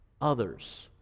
others